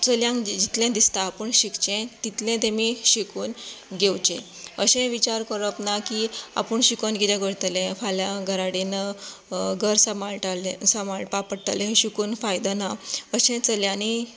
चलयांक जितलें दिसता आपूण शिकचें तितलें तांणी शिकवून घेवचें अशें विचार करप ना की आपूण शिकोन कितें करतलें फाल्यां घरा कडेन घर साबांळटलें साबांळपाक पडटलें शिकून फायदो ना अशें चलयांनी